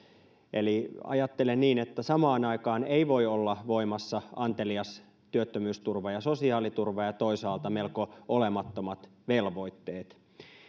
eli ajattelen niin että samaan aikaan eivät voi olla voimassa antelias työttömyysturva ja sosiaaliturva ja toisaalta melko olemattomat velvoitteet